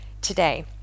today